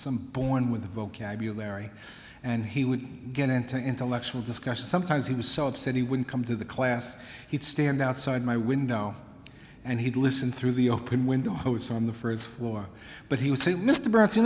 some born with a vocabulary and he would get into intellectual discussions sometimes he was so upset he would come to the class he'd stand outside my window and he'd listen through the open windows on the first floor but he would say mr b